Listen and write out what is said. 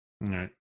right